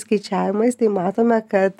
skaičiavimais tai matome kad